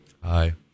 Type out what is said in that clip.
Hi